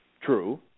True